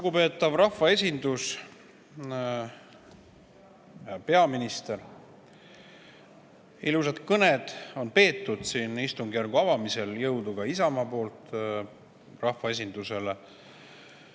Lugupeetav rahvaesindus! Hea peaminister! Ilusad kõned on peetud siin istungjärgu avamisel. Jõudu ka Isamaa poolt rahvaesindusele!